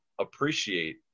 appreciate